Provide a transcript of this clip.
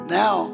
now